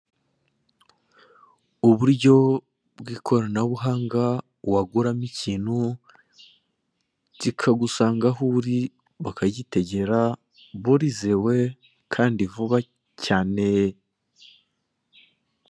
Uburyo bw'ikoranabuhanga waguramo ikintu kikagusanga aho uri bakagitegera, burizewe, kandi vuba cyane.